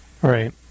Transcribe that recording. Right